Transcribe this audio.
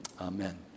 amen